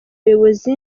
buyobozi